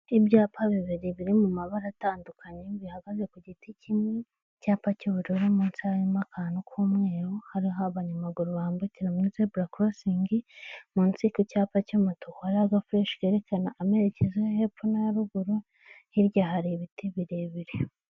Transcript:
Ibyapa bibiri biri mu mabara atandukanye, bihagaze ku giti kimwe, icyapa cy'ubururu munsi hariho akantu k'umweru, hari aho abanyamaguru bambakira munsi zebura korosingi, munsi ku cyapa cy'umutuku hariho agafureshi kerekana amerekezo yo hepfo n'aya ruguru, hirya hari ibiti birebire.